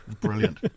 Brilliant